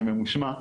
אני ממושמע,